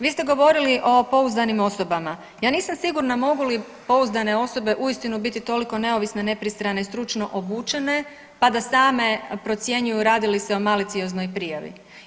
Vi ste govorili o pouzdanim osobama, ja nisam sigurna mogu li pouzdane osobe uistinu biti toliko neovisne, nepristrane i stručno obučene pa da same procjenjuju radi li se o malicioznoj prijavi.